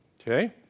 Okay